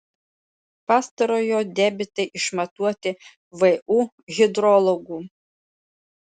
pastarojo debitai išmatuoti vu hidrologų